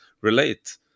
relate